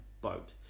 boat